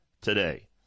today